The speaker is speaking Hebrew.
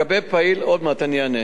עוד מעט אני אענה.